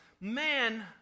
man